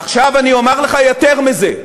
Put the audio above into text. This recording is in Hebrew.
עכשיו אני אומר לך יותר מזה.